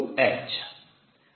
2h